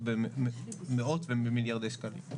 צריך שהם יהיו מאוד מאוד מובחנים וחד משמעיים.